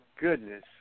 goodness